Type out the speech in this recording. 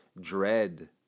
dread